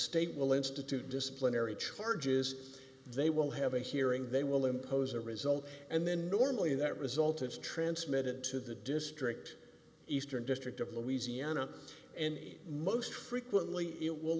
state will institute disciplinary charges they will have a hearing they will impose a result and then normally that result is transmitted to the district eastern district of the easy ana and most frequently it will